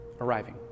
arriving